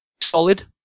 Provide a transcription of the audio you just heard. solid